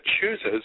chooses